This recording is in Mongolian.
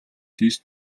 тийш